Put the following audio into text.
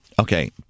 Okay